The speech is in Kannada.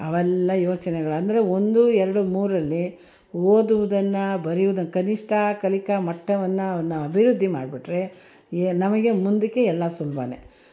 ಅವೆಲ್ಲ ಯೋಚನೆಗಳೆಂದ್ರೆ ಒಂದು ಎರಡು ಮೂರರಲ್ಲಿ ಓದುವುದನ್ನು ಬರೆಯೋದನ್ನ ಕನಿಷ್ಠ ಕಲಿಕಾ ಮಟ್ಟವನ್ನು ನ ಅಭಿವೃದ್ಧಿ ಮಾಡಿಬಿಟ್ರೆ ಎ ನಮಗೆ ಮುಂದಕ್ಕೆ ಎಲ್ಲ ಸುಲಭನೇ